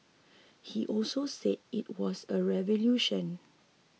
he also said it was a revolution